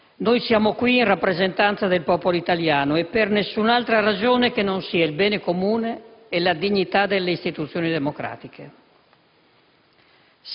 Noi siamo qui in rappresentanza del popolo italiano e per nessun'altra ragione che non sia il bene comune e la dignità delle istituzioni democratiche.